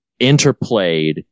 interplayed